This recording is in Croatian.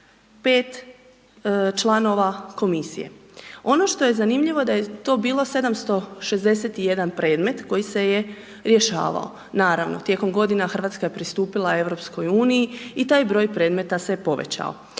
je 5 članova komisije. Ono što je zanimljivo da je to bilo 761 predmet koji se je rješavao. Naravno, tijekom godina Hrvatska je pristupila EU-i i taj broj predmeta se povećao.